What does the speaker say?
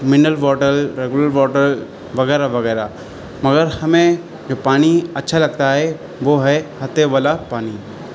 mineral water regular water وغیرہ وغیرہ مگر ہمیں جو پانی اچھا لگتا ہے وہ ہے ہتے والا پانی